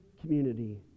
community